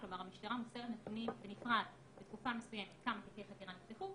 כלומר המשטרה מוסרת נתונים בנפרד בתקופה מסוימת כמה תיקי חקירה נפתחו,